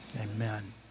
Amen